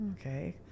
Okay